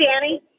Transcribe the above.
Danny